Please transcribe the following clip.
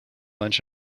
lunch